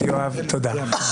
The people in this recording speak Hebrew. תודה.